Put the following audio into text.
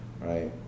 Right